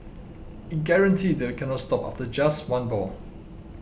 I guarantee that you cannot stop after just one ball